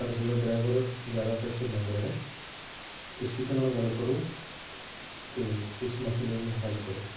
ਪਰ ਤੁਹਾਡਾ ਡਰਾਈਵਰ ਜ਼ਿਆਦਾ ਪੈਸੇ ਮੰਗ ਰਿਹਾ ਤੁਸੀਂ ਉਹਦੇ ਨਾਲ ਗੱਲ ਕਰੋ ਅਤੇ ਇਸ ਮਸਲੇ ਨੂੰ ਹੱਲ ਕਰੋ